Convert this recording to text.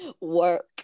Work